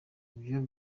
ibyo